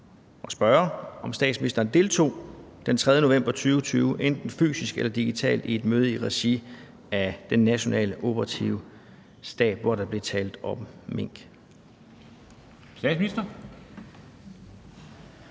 Deltog statsministeren den 3. november 2020 enten fysisk eller digitalt i et møde i regi af Den Nationale Operative Stab, hvor der blev talt om mink?